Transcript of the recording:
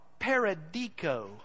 paradico